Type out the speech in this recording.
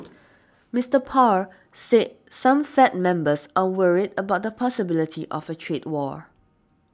Mister Powell said some Fed members are worried about the possibility of a trade war